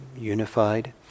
unified